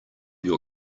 your